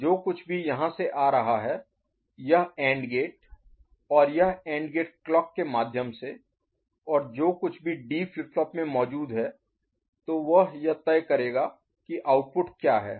तो जो कुछ भी यहां से आ रहा है - यह एंड गेट और यह एंड गेट क्लॉक के माध्यम से और जो कुछ भी डी फ्लिप फ्लॉप में मौजूद है तो वह यह तय करेगा कि आउटपुट क्या है